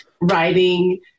writing